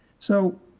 so